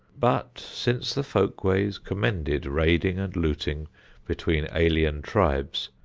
but since the folk-ways commended raiding and looting between alien tribes,